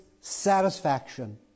satisfaction